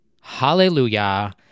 hallelujah